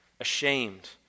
ashamed